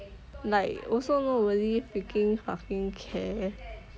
like also not really freaking fucking care